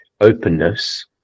openness